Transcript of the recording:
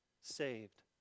saved